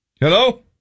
Hello